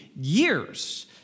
years